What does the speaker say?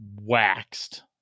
waxed